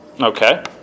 Okay